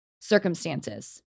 circumstances